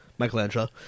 Michelangelo